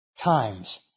times